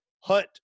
hunt